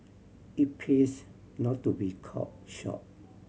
it pays not to be caught short